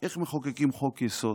איך מחוקקים חוק-יסוד?